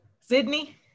Sydney